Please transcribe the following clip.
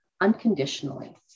unconditionally